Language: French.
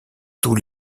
tous